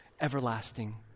everlasting